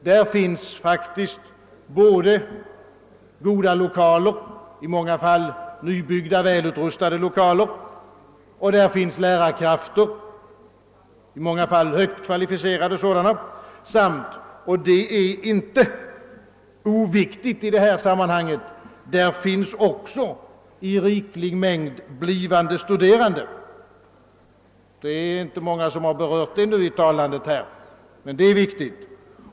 Där finns faktiskt både goda lokaler — i många fall nybyggda, välutrustade lokaler — och lärarkrafter, i många fall högt kvalificerade sådana. Där finns också — och det är inte oviktigt i detta sammanhang — i riklig mängd: blivande studerande. Det är inte många som berört detta under debatten, men det är viktigt.